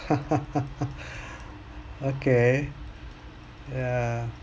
okay ya